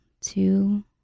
two